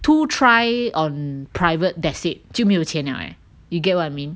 two try on private that's it 就没有钱 liao eh you get what I mean